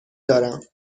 دارم